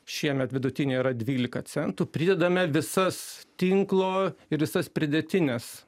šiemet vidutinė yra dvylika centų pridedame visas tinklo ir visas pridėtines